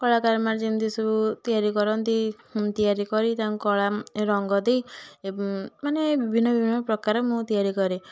କଳାକାରମାନେ ଯେମତି ସବୁ ତିଆରି କରନ୍ତି ମୁଁ ତିଆରି କରି ତାକୁ କଳା ରଙ୍ଗ ଦେଇ ଏବଂ ମାନେ ବିଭିନ୍ନ ବିଭିନ୍ନପ୍ରକାର ମୁଁ ତିଆରି କରେ